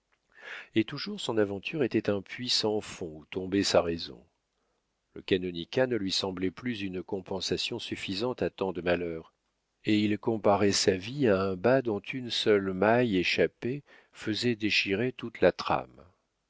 et toujours son aventure était un puits sans fond où tombait sa raison le canonicat ne lui semblait plus une compensation suffisante à tant de malheurs et il comparait sa vie à un bas dont une seule maille échappée faisait déchirer toute la trame